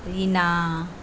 लिना